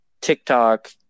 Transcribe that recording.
tiktok